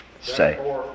say